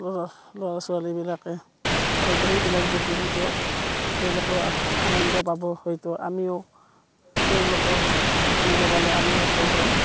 ল'ৰা ছোৱালীবিলাকে হয়তো সেইবিলাক দেখি হয়তো তেওঁলোকৰ আনন্দ পাব হয়তো আমিও তেওঁলোকৰ নিব পালে আমিও হেৰি হ'ম